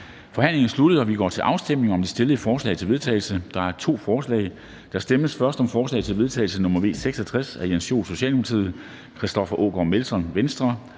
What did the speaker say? Forhandlingen er sluttet, og vi går til afstemning om de fremsatte forslag til vedtagelse. Der er to forslag. Der stemmes først om forslag til vedtagelse nr. V 66 af Jens Joel (S), Christoffer Aagaard Melson (V),